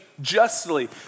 justly